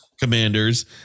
commanders